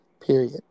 period